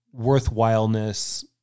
worthwhileness